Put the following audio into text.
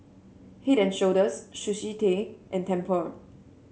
Head And Shoulders Sushi Tei and Tempur